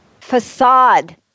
facade